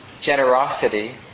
generosity